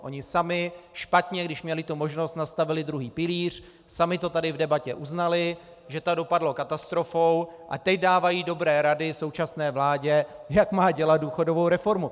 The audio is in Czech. Oni sami špatně, když měli tu možnost, nastavili druhý pilíř, sami to tady v debatě uznali, že to dopadlo katastrofou, a teď dávají dobré rady současné vládě, jak má dělat důchodovou reformu.